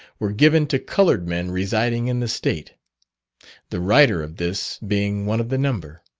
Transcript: were given to coloured men residing in the state the writer of this being one of the number.